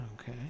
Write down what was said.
Okay